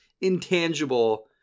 intangible